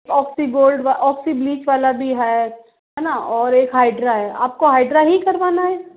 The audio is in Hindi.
ऑक्सी गोल्ड ऑक्सी ब्लीच वाला भी है है न और एक हाइड्रा है आपको हाइड्रा ही करवाना हैं